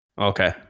okay